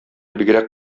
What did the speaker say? бигрәк